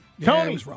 Tony